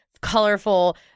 colorful